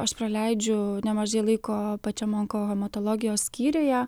aš praleidžiu nemažai laiko pačiam onkohematologijos skyriuje